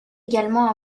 également